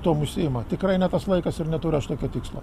tuom užsiima tikrai ne tas laikas ir neturiu aš tokio tikslo